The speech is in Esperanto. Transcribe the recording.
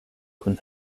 kun